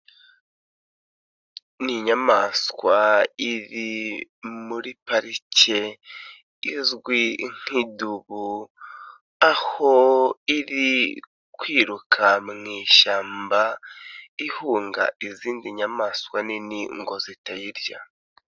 Ni inyamanswa iri muri parike izwi nk'idubu aho iri kwiruka mu ishyamba, ihunga izindi nyamanswa nini ngo zitayirya.